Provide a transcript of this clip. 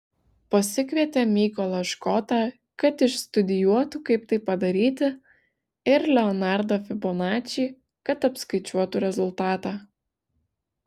pasikvietė mykolą škotą kad išstudijuotų kaip tai padaryti ir leonardą fibonačį kad apskaičiuotų rezultatą